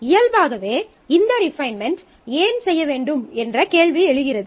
இயல்பாகவே இந்த ரிபைன்மென்ட் ஏன் செய்ய வேண்டும் என்ற கேள்வி எழுகிறது